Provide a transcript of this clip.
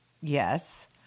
Yes